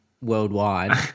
worldwide